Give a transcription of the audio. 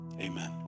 amen